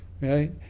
right